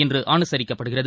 இன்று அனுசரிக்கப்படுகிறது